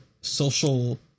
social